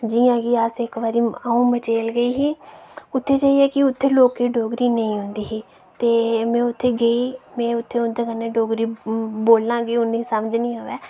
जियां कि अऊं इक बारी मचेल गेई ही उत्थें जाइयै कि उत्थें लोकें गी डोगरी नेईं औंदी ही ते में उत्थें गेई में उंदे कन्नै डोगरी बोल्लां ते उनेगी समझ नी अवै